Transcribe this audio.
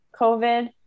covid